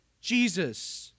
Jesus